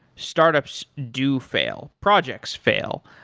startups do fail, projects fail.